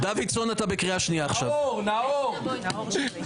(חבר הכנסת נאור שירי